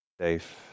Safe